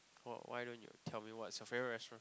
why why don't you tell me what is your favorite restaurant